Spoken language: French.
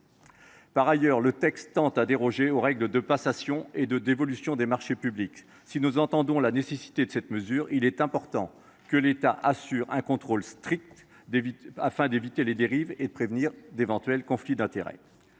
Par ailleurs, le texte tend à déroger aux règles de passation et de dévolution des marchés publics : si nous entendons la nécessité de cette mesure, il importe que l’État assure un contrôle strict, afin d’éviter les dérives et de prévenir d’éventuels conflits d’intérêts.